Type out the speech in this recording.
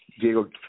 Diego